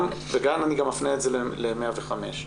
אני מפנה את זה גם ל-105.